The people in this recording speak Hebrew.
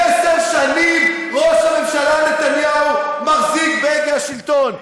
עשר שנים ראש הממשלה נתניהו מחזיק בהגה השלטון.